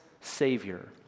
Savior